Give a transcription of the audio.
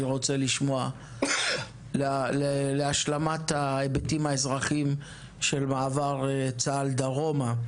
אני רוצה לשמוע על השלמת ההיבטים האזרחיים של מעבר צה"ל דרומה.